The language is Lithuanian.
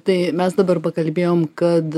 tai mes dabar pakalbėjom kad